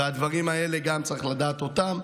והדברים האלה, גם צריך לדעת אותם.